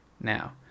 Now